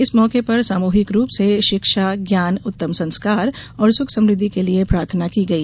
इस मौके पर सामूहिक रूप से शिक्षा ज्ञान उत्तम संस्कार और सुख समृद्धि के लिये प्रार्थना की गई